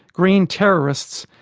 green terrorists,